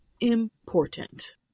important